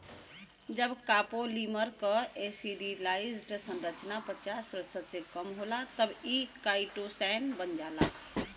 जब कॉपोलीमर क एसिटिलाइज्ड संरचना पचास प्रतिशत से कम होला तब इ काइटोसैन बन जाला